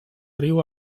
riu